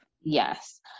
Yes